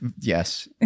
yes